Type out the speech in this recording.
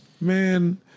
Man